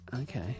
okay